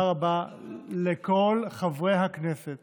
תודה רבה לכל חברי הכנסת